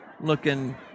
looking